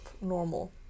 normal